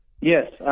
Yes